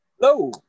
Hello